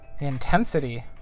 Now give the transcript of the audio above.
intensity